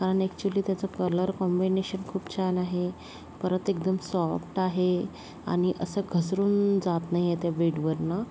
कारण ॲक्च्युअली त्याचं colour combination खूप छान आहे परत एकदम सॉफ्ट आहे आणि असं घसरून जात नाही आहे त्या बेडवरनं